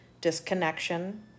disconnection